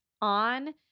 on